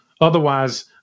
Otherwise